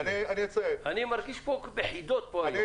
אני מרגיש בחידות פה היום.